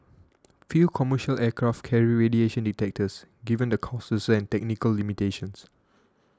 few commercial aircraft carry radiation detectors given the costs and technical limitations